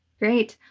great.